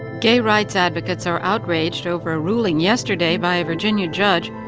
gay rights advocates are outraged over a ruling yesterday by a virginia judge,